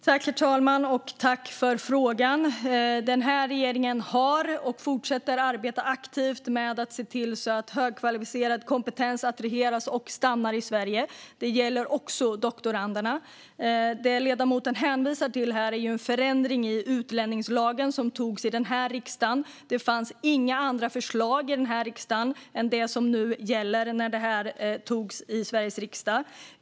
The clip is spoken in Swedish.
Herr talman! Tack för frågan, Axel Hallberg! Den här regeringen har arbetat och fortsätter att arbeta aktivt med att se till att högkvalificerad kompetens attraheras till och stannar i Sverige. Det gäller också doktoranderna. Det ledamoten hänvisar till här är en förändring i utlänningslagen som antogs i den här riksdagen. Det fanns inga andra förslag i riksdagen än det som nu gäller efter att det här beslutet togs i Sveriges riksdag.